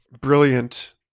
brilliant